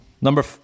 Number